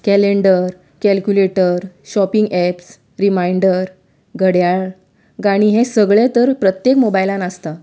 calendar calculator shopping apps reminder घडयाळ गाणी हे सगळें तर प्रत्येक मोबायलांत आसता